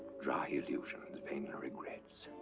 dry illusions, pain and regrets.